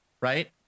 Right